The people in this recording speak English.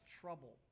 trouble